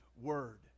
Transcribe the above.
word